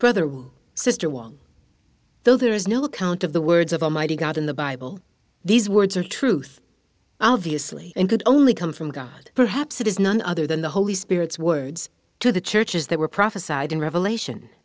brother or sister one though there is no account of the words of almighty god in the bible these words are truth obviously and could only come from god perhaps it is none other than the holy spirit's words to the church as they were prophesied in revelation